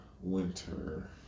winter